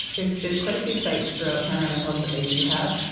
there's there's quite a few sites throughout panorama hills that they do have.